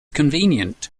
convenient